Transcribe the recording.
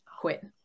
quit